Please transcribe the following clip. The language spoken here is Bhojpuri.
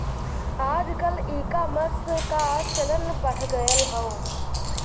आजकल ईकामर्स क चलन बढ़ गयल हौ